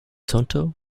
tonto